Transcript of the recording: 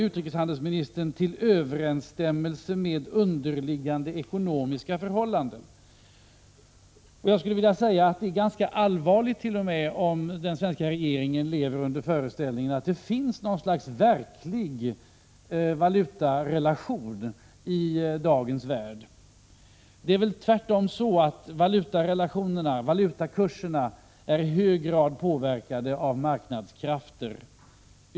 Utrikeshandelsministern talar ju om en ”överensstämmelse med underliggande ekonomiska förhållanden”. Det är ganska allvarligt om den svenska regeringen lever under föreställningen att det finns något slags verklig valutarelation i dagens värld. Tvärtom är det väl så att valutarelationerna, valutakurserna, i hög grad är påverkade av marknadskrafter.